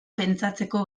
pentsatzeko